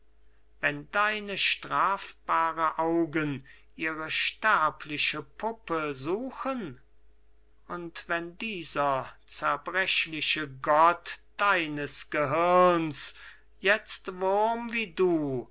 da wenn deine strafbaren augen ihre sterbliche puppe suchen und wenn dieser zerbrechliche gott deines gehirns jetzt wurm wie du